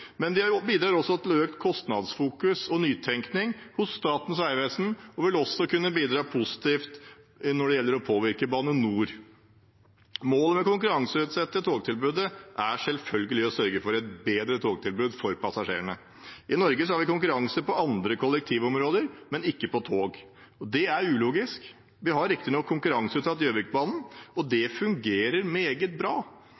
men de bidrar også til økt kostnadsfokus og nytenkning hos Statens vegvesen, og de vil også kunne bidra positivt når det gjelder å påvirke Bane NOR. Målet med å konkurranseutsette togtilbudet er selvfølgelig å sørge for et bedre togtilbud for passasjerene. I Norge har vi konkurranse på andre kollektivområder, men ikke på tog, og det er ulogisk. Vi har riktignok konkurranseutsatt Gjøvikbanen, og